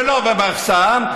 ולא במחסן,